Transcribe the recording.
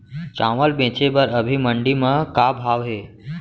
चांवल बेचे बर अभी मंडी म का भाव हे?